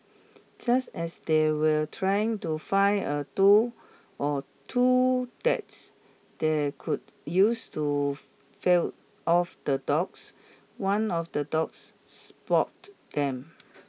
just as they were trying to find a tool or two that's they could use to failed off the dogs one of the dogs spot them